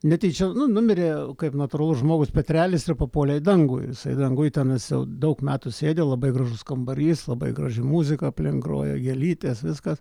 netyčia nunumirė kaip natūralus žmogus petrelis ir papuolė į dangų jisai danguj ten jis daug metų sėdi labai gražus kambarys labai graži muzika aplink groja gėlytės viskas